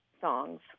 songs